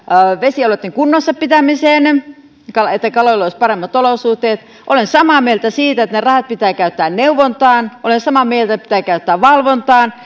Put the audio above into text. vesiolojen kunnossapitämiseen jotta kaloilla olisi paremmat olosuhteet olen samaa meiltä siinä että ne rahat pitää käyttää neuvontaan olen samaa mieltä siinä että ne pitää käyttää valvontaan